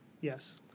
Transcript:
Yes